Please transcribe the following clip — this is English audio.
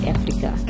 Africa